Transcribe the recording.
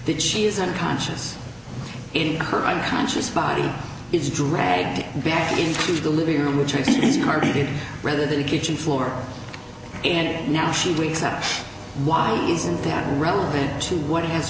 that she isn't conscious in her unconscious body is dragged back into the living room which means he's r t d rather than the kitchen floor and now she wakes up why isn't that relevant to what has